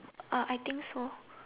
I think so